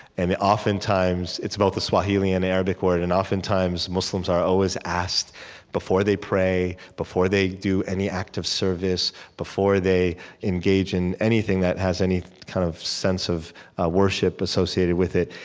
and oftentimes it's both the swahili and arabic word. and oftentimes, muslims are always asked before they pray, before they do any act of service, before they engage in anything that has any kind of sense of worship associated with it,